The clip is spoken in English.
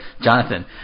Jonathan